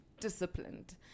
disciplined